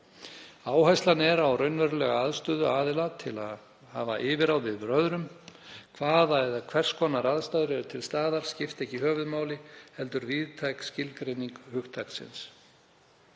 Áherslan er á raunverulega aðstöðu aðila til að hafa yfirráð yfir öðrum. Hvaða aðstæður eru til staðar skipti ekki höfuðmáli heldur víðtæk skilgreining hugtaksins.